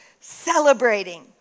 celebrating